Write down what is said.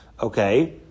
Okay